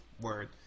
word